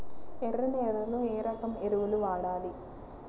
ఎర్ర నేలలో ఏ రకం ఎరువులు వాడాలి?